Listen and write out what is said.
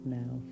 now